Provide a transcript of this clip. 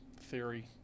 theory